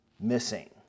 missing